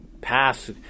pass